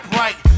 right